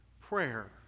prayer